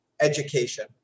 education